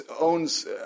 owns